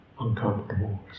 uncomfortable